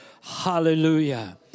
Hallelujah